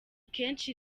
kenshi